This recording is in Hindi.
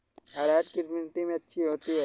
अरहर किस मिट्टी में अच्छी होती है?